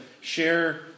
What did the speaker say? share